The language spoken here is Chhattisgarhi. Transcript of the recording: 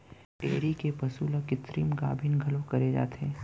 डेयरी के पसु ल कृत्रिम गाभिन घलौ करे जाथे